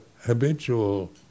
habitual